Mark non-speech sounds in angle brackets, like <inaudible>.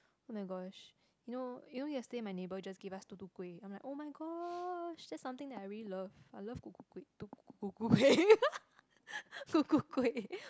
[oh]-my-gosh you know you know yesterday my neighbour just gave us tutu-kueh I'm like [oh]-my-gosh that's something that I really love I love kuku-kueh tuku-kueh <laughs> kuku-kueh